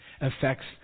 affects